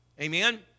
Amen